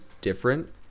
different